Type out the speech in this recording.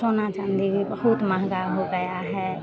सोना चाँदी भी बहुत महँगा हो गया है